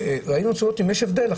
רצינו לראות אם יש הבדל.